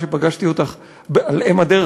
שפגשתי אותך על אם הדרך,